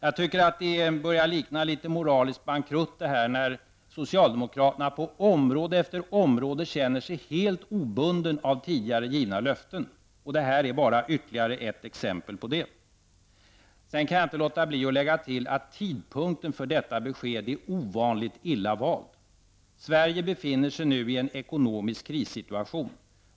Jag tycker att det börjar likna litet moralisk bankrutt när socialdemokraterna på område efter område känner sig helt obundna av tidigare givna löften. Detta är bara ytterligare ett exempel på det. Sedan kan jag inte låta bli att tillägga att tidpunkten för detta besked är ovanligt illa vald. Sverige befinner sig nu i en ekonomisk krissituation.